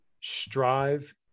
strive